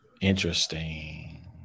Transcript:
Interesting